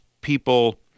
people